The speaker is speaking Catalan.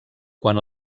quan